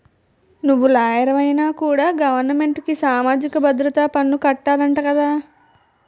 నువ్వు లాయరువైనా కూడా గవరమెంటుకి సామాజిక భద్రత పన్ను కట్టాలట కదా